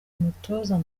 umutoza